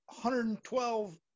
112